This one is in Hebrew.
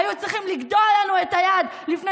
היו צריכים לגדוע לנו את היד לפני